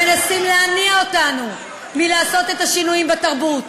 שמנסים להניא אותנו מלעשות את השינויים בתחום התרבות.